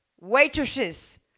waitresses